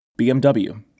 BMW